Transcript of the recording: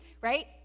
right